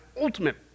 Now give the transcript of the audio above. ultimate